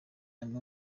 amwe